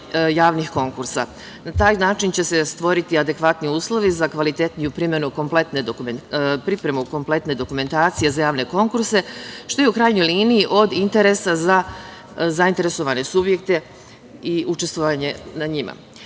javnih konkursa. Na taj način će se stvoriti adekvatni uslovi za kvalitetniju pripremu kompletne dokumentacije za javne konkurse, što je u krajnjoj liniji od interesa za zainteresovane subjekte i učestvovanje na njima. Mislim